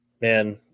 Man